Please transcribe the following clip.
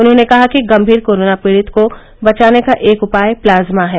उन्होंने कहा कि गंभीर कोरोना पीड़ित को बचाने का एक उपाय प्लाज्मा है